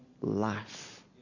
life